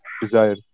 desire